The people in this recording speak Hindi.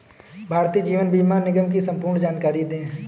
भारतीय जीवन बीमा निगम की संपूर्ण जानकारी दें?